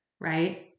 right